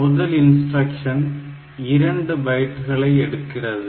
முதல் இன்ஸ்டிரக்ஷன் 2 பைட்களை எடுக்கிறது